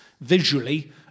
visually